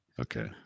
Okay